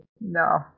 no